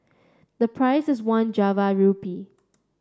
the price was one Java rupee